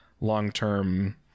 long-term